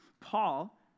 Paul